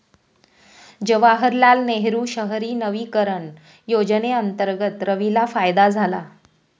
जवाहरलाल नेहरू शहरी नवीकरण योजनेअंतर्गत रवीला फायदा झाला